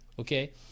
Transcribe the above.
okay